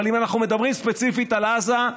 אבל אם אנחנו מדברים ספציפית על עזה,